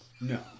No